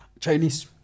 Chinese